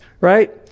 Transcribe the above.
right